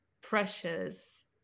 precious